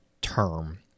term